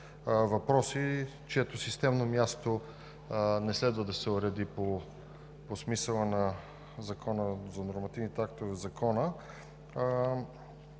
въпроси, чието системно място не следва да се уреди по смисъла на Закона за нормативните актове в Закона.